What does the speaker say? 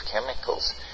chemicals